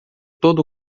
todo